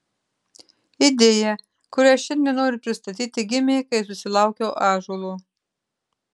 idėja kurią šiandien noriu pristatyti gimė kai susilaukiau ąžuolo